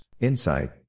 insight